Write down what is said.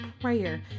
prayer